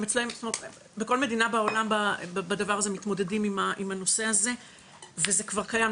גם אצלם ובכל מדינה בעולם מתמודדים עם הנושא הזה וזה כבר קיים.